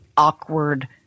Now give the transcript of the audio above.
Awkward